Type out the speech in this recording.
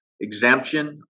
exemption